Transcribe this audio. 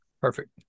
Perfect